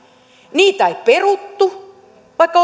niitä ei peruttu vaikka